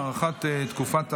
הארכת תקופת הבחירות),